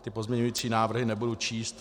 Ty pozměňovací návrhy nebudu číst.